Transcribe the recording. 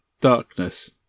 darkness